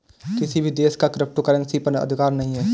किसी भी देश का क्रिप्टो करेंसी पर अधिकार नहीं है